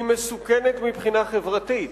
היא מסוכנת מבחינה חברתית,